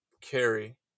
carry